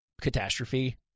Catastrophe